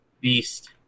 Beast